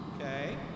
Okay